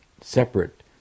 separate